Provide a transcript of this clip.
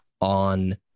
on